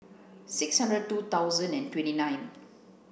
six hundred two thousand and twenty nine